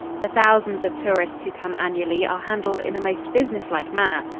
the thousands of tourists who come annually are handled in a most businesslike manner.